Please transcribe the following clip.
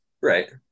right